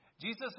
Jesus